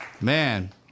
Man